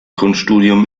kunststudium